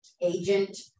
agent